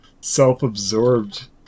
self-absorbed